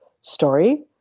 story